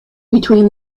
between